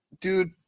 dude